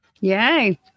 Yay